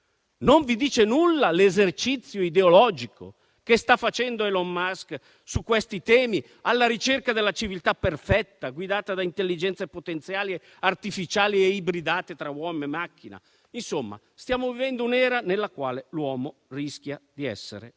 Non vi dice nulla l'esercizio ideologico che Elon Musk sta facendo su questi temi, alla ricerca della civiltà perfetta, guidata da intelligenze potenziali artificiali e ibridate tra uomo e macchina? Insomma, stiamo vivendo un'era nella quale l'uomo rischia di essere un